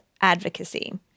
advocacy